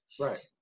Right